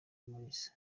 mulisa